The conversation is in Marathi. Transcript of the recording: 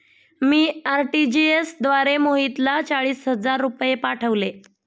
मी आर.टी.जी.एस द्वारे मोहितला चाळीस हजार रुपये पाठवले